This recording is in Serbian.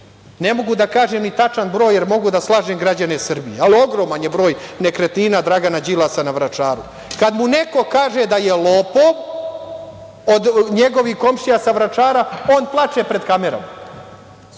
ne mogu da kažem ni tačan broj jer mogu da slažem građane Srbije, ali ogroman je broj nekretnina Dragana Đilasa na Vračaru, kada mu neko kaže da je lopov od njegovih komšija sa Vračara, on plače pred kamerom. Šta